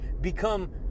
become